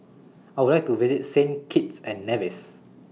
I Would like to visit Saint Kitts and Nevis